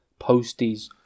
posties